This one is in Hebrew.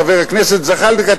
חבר הכנסת זחאלקה,